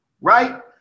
right